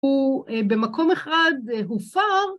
‫הוא במקום אחד הופר...